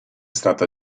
stata